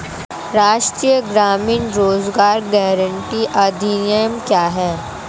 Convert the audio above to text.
राष्ट्रीय ग्रामीण रोज़गार गारंटी अधिनियम क्या है?